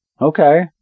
Okay